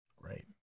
Right